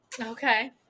okay